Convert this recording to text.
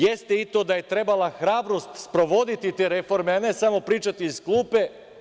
Jeste i to da je trebalo hrabrosti sprovoditi te reforme, a ne samo pričati iz klupe.